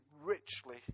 richly